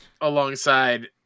alongside